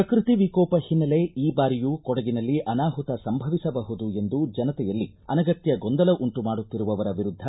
ಪ್ರಕೃತಿ ವಿಕೋಪ ಹಿನ್ನೆಲೆ ಈ ಬಾರಿಯೂ ಕೊಡಗಿನಲ್ಲಿ ಅನಾಹುತ ಸಂಭವಿಸಬಹುದು ಎಂದು ಜನತೆಯಲ್ಲಿ ಅನಗತ್ತ ಗೊಂದಲ ಉಂಟು ಮಾಡುತ್ತಿರುವವರ ವಿರುದ್ಧ